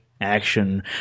action